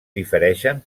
difereixen